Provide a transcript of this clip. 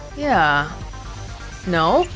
yeah no?